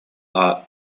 are